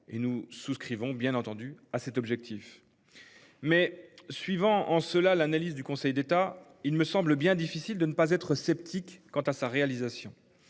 et nous souscrivons bien entendu à cet objectif. Mais suivant en cela l'analyse du Conseil d'État, il me semble bien difficile de ne pas être sceptique quant à sa réalisation.